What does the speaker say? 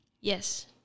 Yes